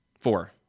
Four